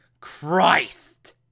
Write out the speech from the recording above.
Christ